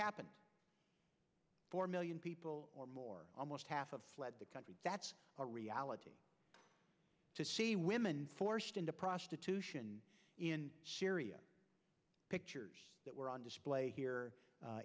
happened four million people or more almost half of the country that's a reality to see women forced into prostitution in syria pictures that were on display here